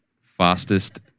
Fastest